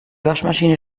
waschmaschine